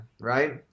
right